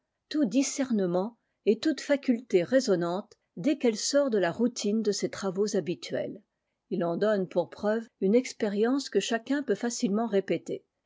tout discernement et toute faculté raisonnante dès qu'elle sort de la routine de ses travaux habituels il en donne pour preuve une expérience que chacun peut facilement répéter